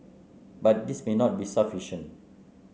but this may not be sufficient